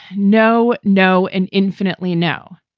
no. no. and infinitely now.